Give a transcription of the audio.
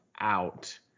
out